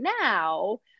now